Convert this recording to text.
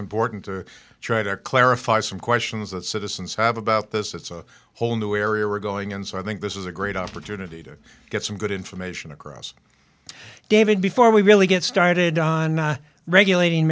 important to try to clarify some questions that citizens have about this it's a whole new area we're going in so i think this is a great opportunity to get some good information across david before we really get started on regulating